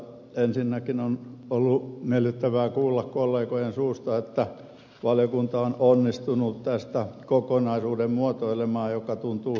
ensinnäkin on ollut miellyttävää kuulla kollegojen suusta että valiokunta on onnistunut tästä muotoilemaan kokonaisuuden joka tuntuu hyvin tyydyttävän edustajia